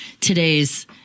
today's